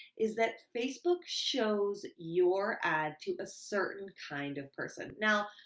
is that facebook shows your ad to a certain kind of person. now,